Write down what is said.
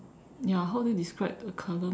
ya how do you describe the color man